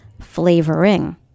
flavoring